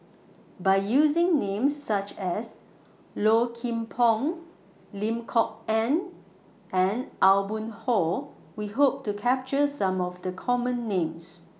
By using Names such as Low Kim Pong Lim Kok Ann and Aw Boon Haw We Hope to capture Some of The Common Names